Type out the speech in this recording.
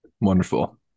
wonderful